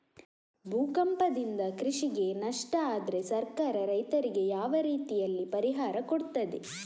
ಭೂಕಂಪದಿಂದ ಕೃಷಿಗೆ ನಷ್ಟ ಆದ್ರೆ ಸರ್ಕಾರ ರೈತರಿಗೆ ಯಾವ ರೀತಿಯಲ್ಲಿ ಪರಿಹಾರ ಕೊಡ್ತದೆ?